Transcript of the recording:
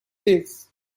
days